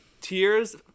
tears